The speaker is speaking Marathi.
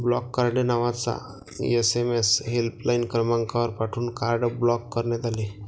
ब्लॉक कार्ड नावाचा एस.एम.एस हेल्पलाइन क्रमांकावर पाठवून कार्ड ब्लॉक करण्यात आले